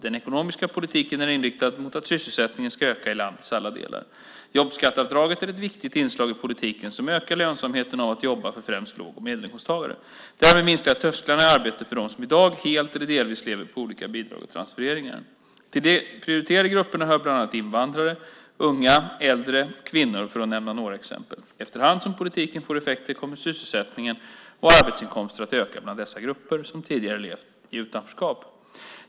Den ekonomiska politiken är inriktad mot att sysselsättningen ska öka i landets alla delar. Jobbskatteavdraget är ett viktigt inslag i politiken som ökar lönsamheten av att jobba för främst låg och medelinkomsttagare. Därmed minskar trösklarna in i arbete för dem som idag helt eller delvis lever på olika bidrag och transfereringar. Till de prioriterade grupperna hör bland annat invandrare, unga, äldre och kvinnor, för att nämna några exempel. Efter hand som politiken får effekt kommer sysselsättning och arbetsinkomster att öka bland dessa grupper som tidigare levt i utanförskap.